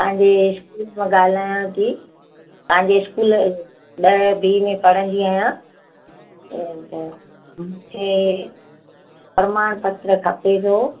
तव्हांजे स्कूल मां ॻाल्हायां थी तव्हांजे स्कूल ॾह बी में पढ़ंदी आहियां त मूंखे प्रमाण पत्र खपे पियो